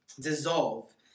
dissolve